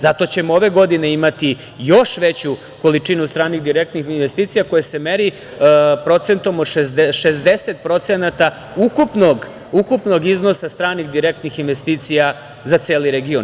Zato ćemo ove godine imati još veću količinu stranih direktnih investicija koja se meri procentom od 60% ukupnog iznosa stranih direktnih investicija za celi region.